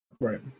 Right